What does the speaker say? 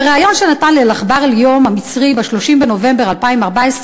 בריאיון שנתן ל"אל-אח'באר אל-יום" המצרי ב-30 בנובמבר 2014,